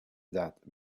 that